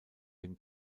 dem